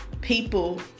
people